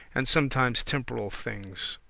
and sometimes temporal things.